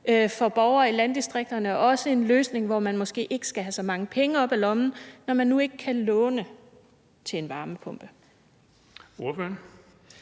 for borgere i landdistrikterne og også en løsning, hvor man måske ikke skal have så mange penge op af lommen, når man nu ikke kan låne til en varmepumpe?